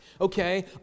okay